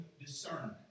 discernment